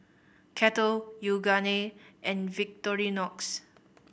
Kettle Yoogane and Victorinox